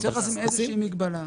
צריך לשים איזושהי מגבלה.